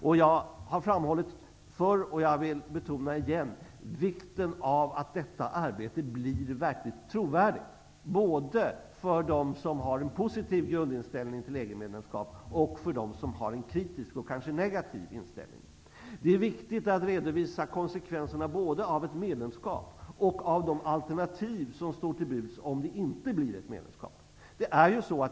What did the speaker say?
Jag har förut framhållit och jag vill återigen betona vikten av att detta arbete blir verkligt trovärdigt, både för dem som har en positiv grundinställning till EG-medlemskap och för dem som har en kritisk och kanske negativ inställning. Det är viktigt att redovisa konsekvenserna både av ett medlemskap och av de alternativ som står till buds om det inte blir ett medlemskap.